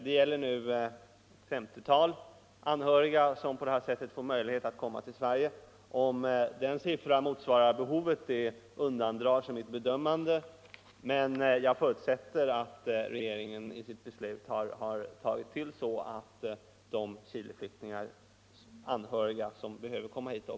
Det är nu ett femtiotal anhöriga som på detta sätt får möjlighet att komma till Sverige. Om detta antal motsvarar behovet undandrar sig mitt bedömande, men jag förutsätter att regeringens beslut är så utformat att det täcker det antal anhöriga till Chileflyktingar som behöver komma hit.